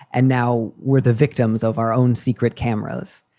and now we're the victims of our own secret cameras.